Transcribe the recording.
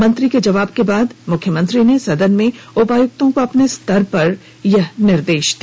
मंत्री के जवाब के बाद मुख्यमंत्री ने सदन में उपायुक्तों को अपने स्तर पर निर्देश दिया